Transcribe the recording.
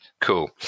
Cool